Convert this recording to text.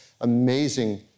amazing